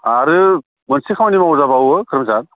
आरो मोनसे खामानि मावजा बावो खोरोमसार